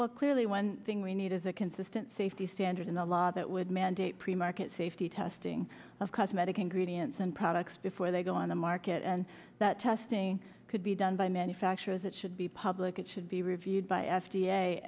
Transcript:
well clearly one thing we need is a consistent safety standard in the law that would mandate pre market safety testing of cosmetic ingredients and products before they go on the market and that testing could be done by manufacturers it should be public it should be reviewed by f